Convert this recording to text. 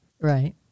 Right